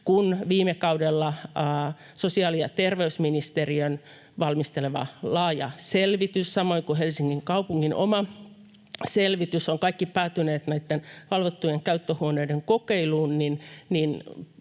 kuin viime kaudella sosiaali- ja terveysministeriön valmisteleva laaja selvitys, samoin kuin Helsingin kaupungin oma selvitys, ja ne ovat kaikki päätyneet näitten valvottujen käyttöhuoneiden kokeiluun,